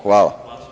Hvala.